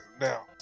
now